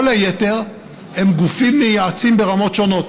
כל היתר הם גופים מייעצים ברמות שונות,